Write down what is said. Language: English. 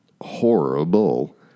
horrible